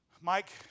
Mike